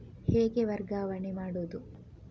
ಹೇಗೆ ವರ್ಗಾವಣೆ ಮಾಡುದು?